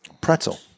Pretzel